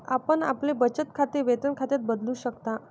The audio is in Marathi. आपण आपले बचत खाते वेतन खात्यात बदलू शकता